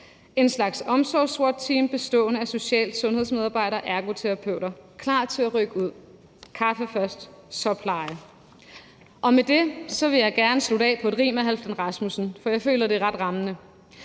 et slags omsorgs-swat-team bestående af social- og sundhedsmedarbejdere og ergoterapeuter klar til at rykke ud, først med kaffe og derefter pleje. Med det vil jeg gerne slutte af med et rim af Halfdan Rasmussen, for jeg føler, det er ret rammende: